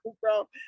bro